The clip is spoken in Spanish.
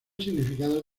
significado